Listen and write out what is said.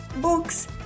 books